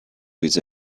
with